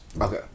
Okay